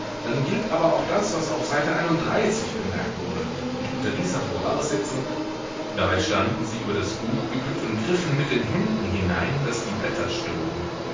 dann gilt aber auch das was auf seite einunddreißig bemerkt wurde und unter dieser voraussetzung dabei standen sie über das buch gebückt und griffen mit den händen hinein daß die blätter stoben